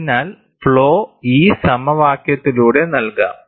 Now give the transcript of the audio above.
അതിനാൽ ഫ്ലോ ഈ സമവാക്യത്തിലൂടെ നൽകാം